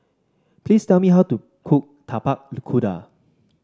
please tell me how to cook Tapak Kuda